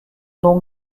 donc